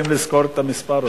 צריכים לזכור את המספר הזה.